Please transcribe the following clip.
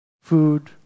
food